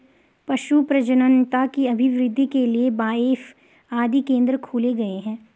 पशु प्रजननता की अभिवृद्धि के लिए बाएफ आदि केंद्र खोले गए हैं